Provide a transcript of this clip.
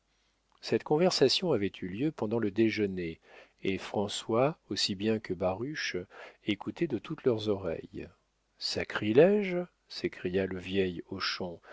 cette conversation avait eu lieu pendant le déjeuner et françois aussi bien que baruch écoutaient de toutes leurs oreilles sacrilége s'écria le vieil